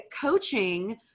coaching